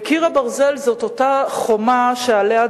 ו"קיר הברזל" זאת אותה חומה שעליה דיבר,